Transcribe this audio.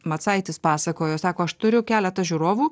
macaitis pasakojo sako aš turiu keletą žiūrovų